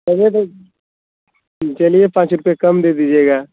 payment चलिए पाँच रुपये कम दे दीजिएगा